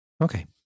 Okay